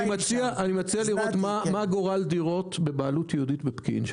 אני מציע לראות מה גורל דירות בבעלות יהודית בפקיעין,